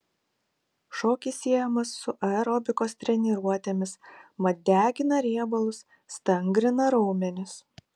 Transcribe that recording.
šokis siejamas su aerobikos treniruotėmis mat degina riebalus stangrina raumenis